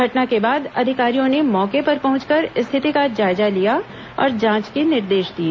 घटना के बाद अधिकारियों ने मौके पर पहुंचकर स्थिति का जायजा लिया और जांच के निर्देश दिए